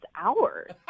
hours